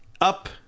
up